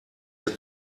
der